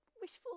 wishful